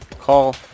call